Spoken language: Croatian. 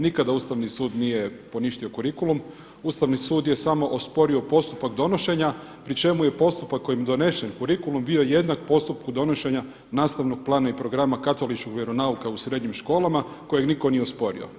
Nikad Ustavni sud nije poništio kurikulum, Ustavni sud je samo osporio postupak donošenja pri čemu je postupak kojim je donesen kurikulum bio jednak postupku donošenja nastavnog plana i programa katoličkog vjeronauka u srednjim školama kojeg nitko nije osporio.